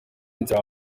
nzira